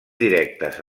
directes